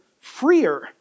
freer